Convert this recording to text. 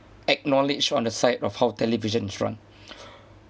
acknowledged on the side of how televisions run